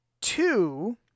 Two